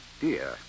dear